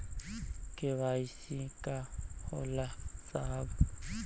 KYC का होला साहब?